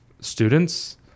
students